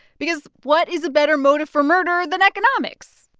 because what is a better motive for murder than economics?